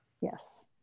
Yes